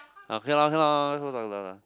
okay lor okay lor okay lah okay lah okay lah